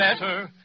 better